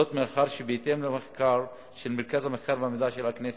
זאת מאחר שבהתאם למחקר של מרכז המחקר והמידע של הכנסת,